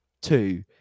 two